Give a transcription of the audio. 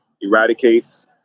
eradicates